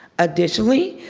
additionally,